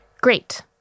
Great